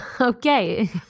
okay